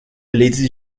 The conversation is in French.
lady